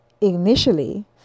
initially